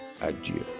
adieu